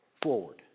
forward